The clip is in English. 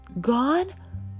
Gone